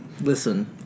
Listen